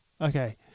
Okay